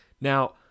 Now